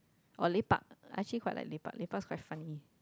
or lepak I actually quite like lepak lepak's quite funny